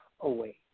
away